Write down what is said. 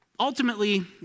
Ultimately